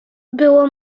było